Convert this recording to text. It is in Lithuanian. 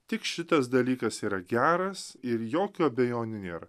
tik šitas dalykas yra geras ir jokių abejonių nėr